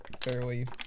fairly